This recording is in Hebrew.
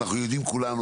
אנחנו יודעים כולנו,